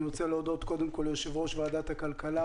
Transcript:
אני רוצה להודות קודם כול ליושב-ראש ועדת הכלכלה,